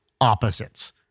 opposites